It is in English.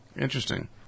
interesting